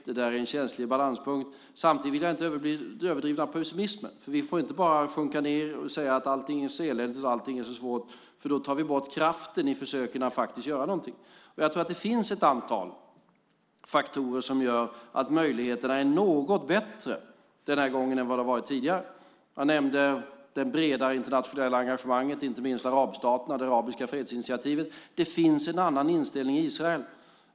Det här är en känslig balanspunkt, samtidigt vill jag inte överdriva pessimismen. Vi får inte bara sjunka ned och säga att allting är eländigt och svårt, för då tar vi bort kraften i försöken att faktiskt göra någonting. Jag tror att det finns ett antal faktorer som gör att möjligheterna är något bättre den här gången än vad de har varit tidigare. Jag nämnde det breda internationella engagemanget, inte minst från arabstaterna med det arabiska fredsinitiativet. Det finns en annan inställning i Israel.